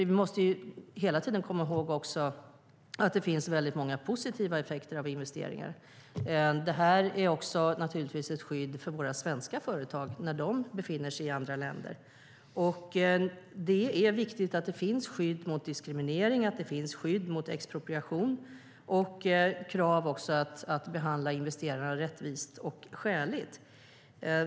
Vi måste hela tiden komma ihåg att det också finns många positiva effekter av investeringar. Detta är naturligtvis ett skydd för våra svenska företag när de befinner sig i andra länder. Det är viktigt att det finns skydd mot diskriminering, skydd mot expropriation och krav på att behandla investerare rättvist och skäligt.